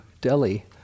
Delhi